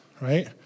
right